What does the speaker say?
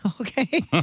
Okay